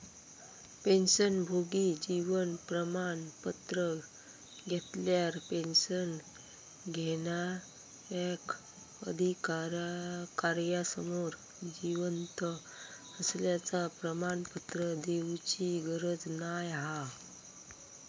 पेंशनभोगी जीवन प्रमाण पत्र घेतल्यार पेंशन घेणार्याक अधिकार्यासमोर जिवंत असल्याचा प्रमाणपत्र देउची गरज नाय हा